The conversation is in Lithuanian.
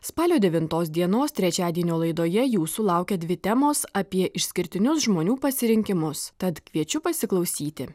spalio devintos dienos trečiadienio laidoje jūsų laukia dvi temos apie išskirtinius žmonių pasirinkimus tad kviečiu pasiklausyti